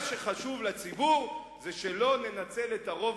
מה שחשוב לציבור זה שלא ננצל את הרוב